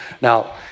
Now